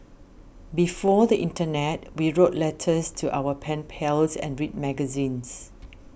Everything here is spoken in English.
before the Internet we wrote letters to our pen pals and read magazines